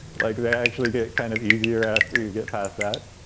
like they actually get kind of easier after you get past that.